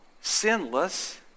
sinless